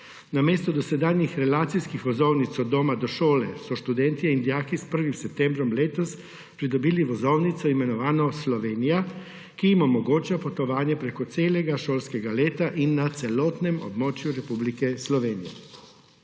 Namesto dosedanjih relacijskih vozovnic od doma do šole so študentje in dijaki s 1. septembrom letos pridobili vozovnico, imenovano Slovenija, ki jim omogoča potovanje preko celega šolskega leta in na celotnem območju Republike Slovenije.